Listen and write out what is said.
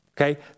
okay